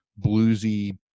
bluesy